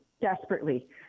desperately